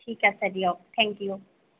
ঠিক আছে দিয়ক থেংক ইউ